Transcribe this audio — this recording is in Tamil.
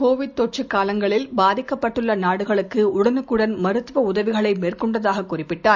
கோவிட் தொற்று காலங்களில் பாதிக்கப்பட்டுள்ள நாடுகளுக்கு உடனுக்குடன் மருத்துவ உதவிகளை மேற்கொண்டதாக குறிப்பிட்டார்